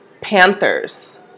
panthers